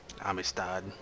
Amistad